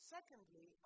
Secondly